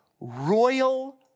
royal